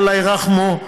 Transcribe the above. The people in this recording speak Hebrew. אללה ירחמו,